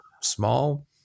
small